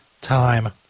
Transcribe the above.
Time